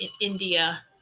India